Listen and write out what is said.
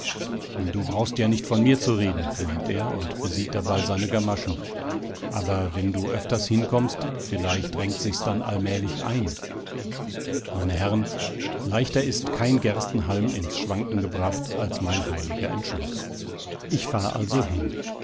du brauchst ja nicht von mir zu reden meint er und besieht dabei seine gamaschen aber wenn du öfters hinkommst vielleicht renkt sich's dann allmählich ein meine herren leichter ist kein gerstenhalm ins schwanken gebracht als mein heiliger entschluß ich fahr also hin